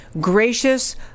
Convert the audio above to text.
gracious